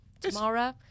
tomorrow